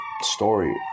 Story